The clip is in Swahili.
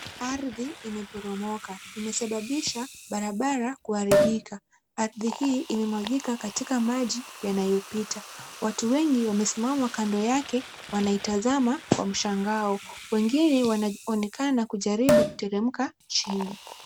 Ardhi imeporomoka. Imesababisha barabara kuharibika. Ardhi hii imemwagika katika maji yanayopita. Watu wengi wamesimama kando yake wanaitazama kwa mshangao. Wengine wanaonekana kujaribu kuteremka chini.